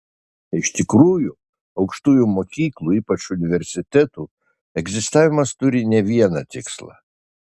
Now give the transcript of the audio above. iš tikrųjų aukštųjų mokyklų ypač universitetų egzistavimas turi ne vieną tikslą